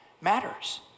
matters